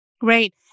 Great